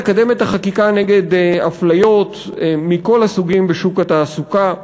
לקדם את החקיקה נגד אפליות מכל הסוגים בשוק התעסוקה,